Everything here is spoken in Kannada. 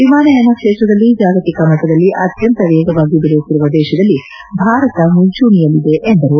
ವಿಮಾನಯಾನ ಕ್ಷೇತ್ರದಲ್ಲಿ ಜಾಗತಿಕ ಮಟ್ಟದಲ್ಲಿ ಅತ್ಲಂತ ವೇಗವಾಗಿ ಬೆಳೆಯುತ್ತಿರುವ ದೇಶದಲ್ಲಿ ಭಾರತ ಮುಂಚೂಣಿಯಲ್ಲಿದೆ ಎಂದರು